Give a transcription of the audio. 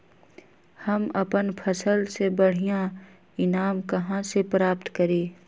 हम अपन फसल से बढ़िया ईनाम कहाँ से प्राप्त करी?